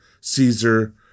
Caesar